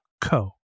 co